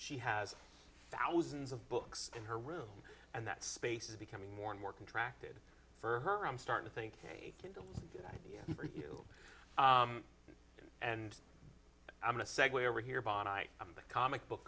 has thousands of books in her room and that space is becoming more and more contracted for her i'm starting to think ok idea for you and i'm going to segue over here bonnie i am the comic book